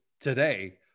today